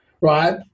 right